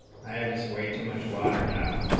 i just way too much water now